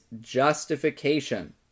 justification